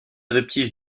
adoptif